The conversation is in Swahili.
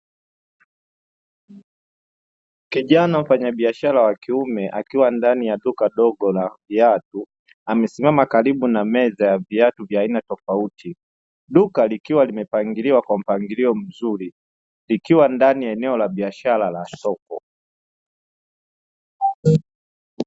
Kijana mfanyabiashara wa kiume akiwa ndani ya duka dogo la viatu amesimama karibu na meza ya viatu vya aina tofauti. Duka likiwa limepangiliwa kwa mpangilio mzuri likiwa ndani ya eneo la biashara la soko.